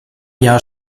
jahr